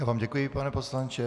Já vám děkuji, pane poslanče.